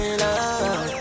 love